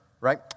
right